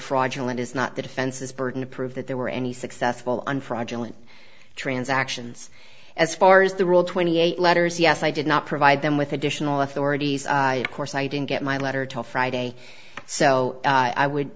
fraudulent is not the defense's burden to prove that there were any successful on fraudulent transactions as far as the rule twenty eight letters yes i did not provide them with additional authorities of course i didn't get my letter to friday so i would